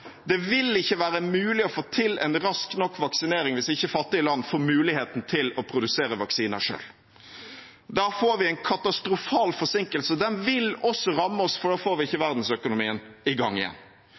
Det vil ikke være mulig å få til en rask nok vaksinering hvis ikke fattige land får muligheten til å produsere vaksiner selv. Da får vi en katastrofal forsinkelse. Den vil også ramme oss, for da får vi ikke